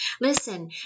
Listen